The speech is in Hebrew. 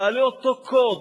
בעלי אותו קוד.